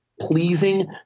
pleasing